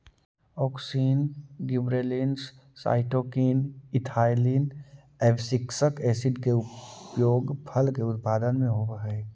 auxin, gibberellins, cytokinin, ethylene, abscisic acid के उपयोग फल के उत्पादन में होवऽ हई